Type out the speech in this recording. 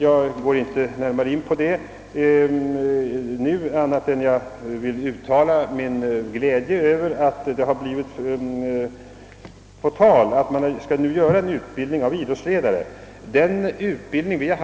Jag skall inte närmare gå in på det nu men vill uttala min glädje över att en utbildning av idrottsledare nu kommer till stånd.